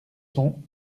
son